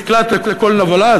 מקלט לכל נבלה,